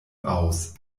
aus